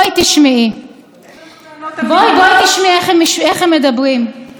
אני חייבת להגיד לכם שלא רציתי לפנות אליכם באופן ישיר,